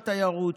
בתיירות,